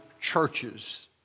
churches